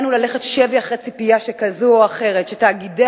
אל לנו ללכת שבי אחרי ציפייה כזאת או אחרת שתאגידי